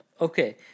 Okay